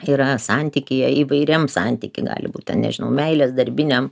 yra santykyje įvairiam santyky gali būt nežinau meilės darbiniam